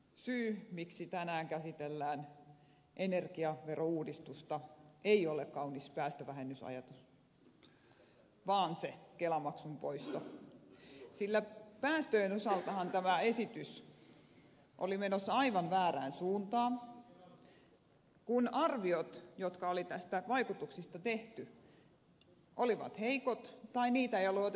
syy miksi tänään käsitellään energiaverouudistusta ei ole kaunis päästövähennysajatus vaan se kelamaksun poisto sillä päästöjen osaltahan tämä esitys oli menossa aivan väärään suuntaan kun arviot jotka oli tämän vaikutuksista tehty olivat heikot tai niitä ei ollut otettu huomioon